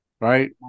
right